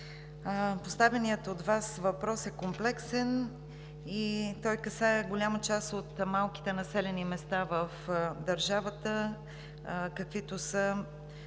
поставеният от Вас въпрос е комплексен и касае голяма част от малките населени места в държавата, каквито са